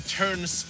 turns